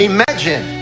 Imagine